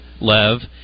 Lev